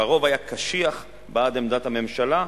הרוב היה קשיח, בעד עמדת הממשלה.